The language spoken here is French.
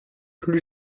plus